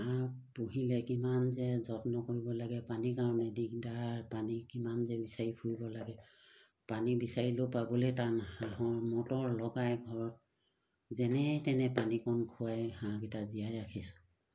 হাঁহ পুহিলে কিমান যে যত্ন কৰিব লাগে পানীৰ কাৰণে দিগদাৰ পানী কিমান যে বিচাৰি ফুৰিব লাগে পানী বিচাৰিলেও পাবলৈ টান হাঁহৰ মটৰ লগাই ঘৰত যেনে তেনে পানীকণ খুৱাই হাঁহকেইটা জীয়াই ৰাখিছোঁ